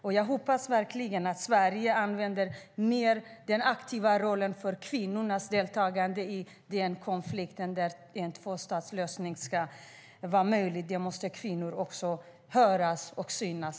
Sedan hoppas jag verkligen att Sverige också är aktivt när det gäller kvinnornas roll i lösningen av konflikten. För att en tvåstatslösning ska vara möjlig måste även kvinnorna synas och höras.